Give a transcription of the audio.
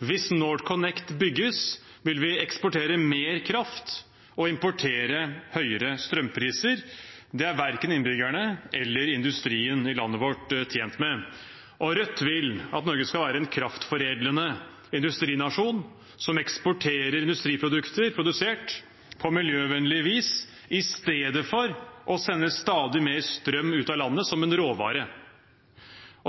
Hvis NorthConnect bygges, vil vi eksportere mer kraft og importere høyere strømpriser, og det er verken innbyggerne eller industrien i landet vårt tjent med. Rødt vil at Norge skal være en kraftforedlende industrinasjon som eksporterer industriprodukter produsert på miljøvennlig vis i stedet for å sende stadig mer strøm ut av landet som en råvare.